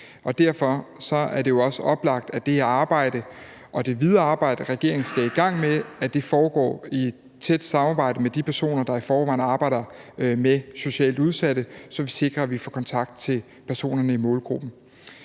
derfor er det også oplagt, at det arbejde og det videre arbejde, som regeringen skal i gang med, foregår i et tæt samarbejde med de personer, der i forvejen arbejder med socialt udsatte, så vi sikrer, at vi får kontakt til personerne i målgruppen.